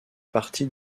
partie